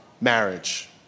marriage